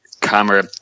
camera